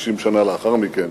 60 שנה לאחר מכן.